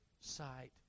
sight